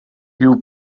you